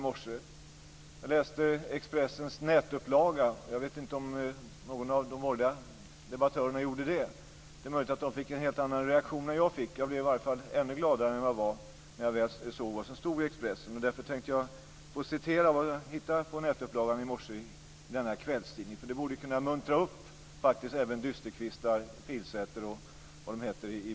Jag läste Expressens nätupplaga, vilket jag inte vet om några av de borgerliga debattörerna gjorde. Det är möjligt att de i så fall reagerade på ett helt annat sätt än jag. Jag blev när jag såg vad som stod i Expressens nätupplaga i morse ännu gladare än vad jag var, och jag vill därför citera det. Det borde kunna muntra upp dysterkvistarna i borgerligheten - Pilsäter och vad de heter.